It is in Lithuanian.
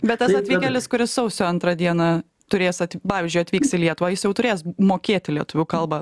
bet tas atvykėlis kuris sausio antrą dieną turės at pavyzdžiui atvyks į lietuvą jis jau turės mokėti lietuvių kalbą